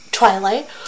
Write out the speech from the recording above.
Twilight